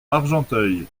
argenteuil